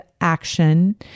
action